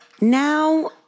Now